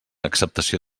acceptació